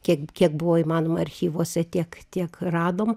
kiek kiek buvo įmanoma archyvuose tiek tiek radom